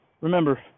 remember